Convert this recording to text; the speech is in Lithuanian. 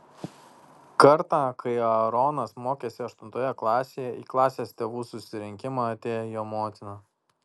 kartą kai aaronas mokėsi aštuntoje klasėje į klasės tėvų susirinkimą atėjo jo motina